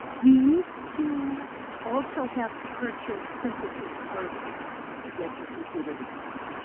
you used to also have to purchase synthesis hardware to get your computer to talk.